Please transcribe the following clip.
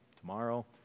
tomorrow